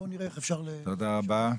תודה רבה.